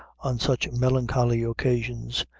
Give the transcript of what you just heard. on such melancholy occasions,